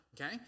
okay